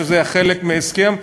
שזה היה חלק מההסכם,